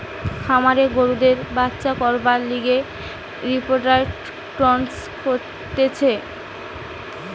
খামারে গরুদের বাচ্চা করবার লিগে রিপ্রোডাক্সন করতিছে